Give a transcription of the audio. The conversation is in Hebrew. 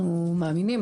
אנחנו מאמינים,